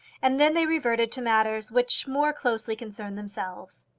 and then they reverted to matters which more closely concerned themselves.